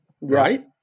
Right